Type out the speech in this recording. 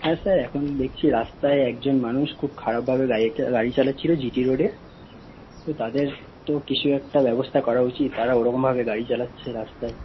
হ্যাঁ স্যার এখন দেখছি রাস্তায় একজন মানুষ খুব খারাপভাবে গাড়ি গাড়ি চালাচ্ছিল জিটি রোডে তো তাদের তো কিছু একটা ব্যবস্থা করা উচিত তারা ওরকমভাবে গাড়ি চালাচ্ছে রাস্তায়